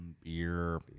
Beer